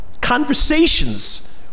conversations